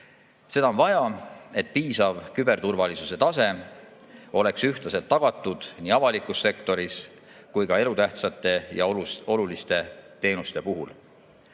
Seda on vaja, et piisav küberturvalisuse tase oleks ühtlaselt tagatud nii avalikus sektoris kui ka elutähtsate ja oluliste teenuste puhul. Teine